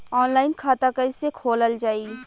Online खाता कईसे खोलल जाई?